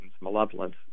malevolence